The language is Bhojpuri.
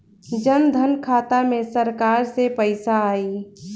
जनधन खाता मे सरकार से पैसा आई?